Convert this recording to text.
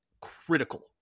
critical